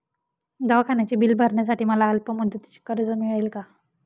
दवाखान्याचे बिल भरण्यासाठी मला अल्पमुदतीचे कर्ज मिळेल का?